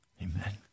Amen